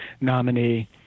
nominee